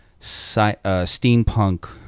steampunk